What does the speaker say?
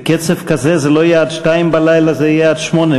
בקצב כזה זה לא יהיה עד 02:00, זה יהיה עד 08:00,